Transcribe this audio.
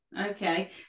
okay